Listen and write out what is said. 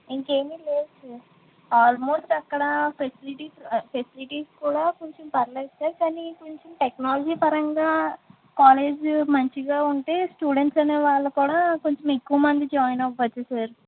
ఇంకేమి లేవు sir almost అక్కడ ఫెసిలిటీస్ ఫెసిలిటీస్ కూడ కొంచెం పర్లేదు సార్ కానీ కొంచెం టెక్నాలజీ పరంగా కాలేజు మంచిగా ఉంటే స్టూడెంట్స్ అనేవాళ్లు కూడ కొంచెం ఎక్కువ మంది జాయిన్ అవ్వచ్చు సార్